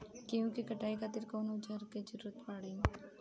गेहूं के कटाई खातिर कौन औजार के जरूरत परी?